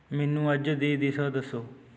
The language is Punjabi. ਮੈਨੂੰ ਅੱਜ ਦੀ ਦਿਸ਼ਾ ਦੱਸੋ